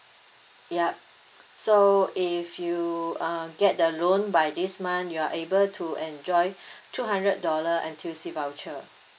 yup so if you uh get the loan by this month you are able to enjoy two hundred dollar N_T_U_C voucher